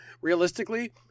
Realistically